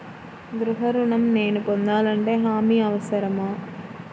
గృహ ఋణం నేను పొందాలంటే హామీ అవసరమా?